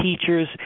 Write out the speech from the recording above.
teachers